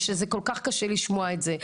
שזה כל כך קשה לשמוע את זה.